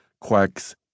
quacks